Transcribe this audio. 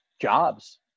jobs